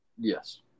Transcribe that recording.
Yes